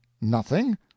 Nothing